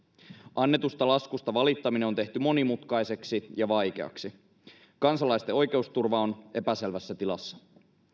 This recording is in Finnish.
annetusta laskusta valittaminen on tehty monimutkaiseksi ja vaikeaksi kansalaisten oikeusturva on epäselvässä tilassa